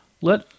Let